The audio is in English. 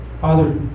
Father